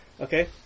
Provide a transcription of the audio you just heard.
Okay